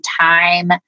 time